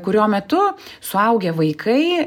kurio metu suaugę vaikai